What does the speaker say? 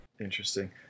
Interesting